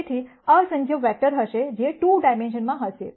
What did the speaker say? તેથી અસંખ્ય વેક્ટર હશે જે 2 ડાઈમેન્શનમાં હશે